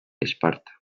esparta